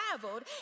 traveled